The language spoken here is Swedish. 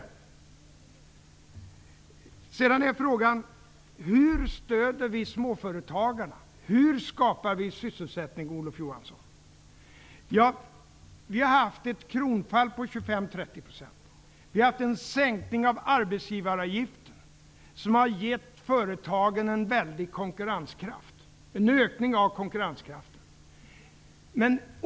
Olof Johansson frågar hur vi stöder småföretagarna och hur vi skapar sysselsättning. Vi har haft ett kronfall på 25--30 %. Vi har fått en sänkning av arbetsgivaravgiften, som gett företagen en väldig ökning av konkurrenskraften.